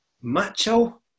macho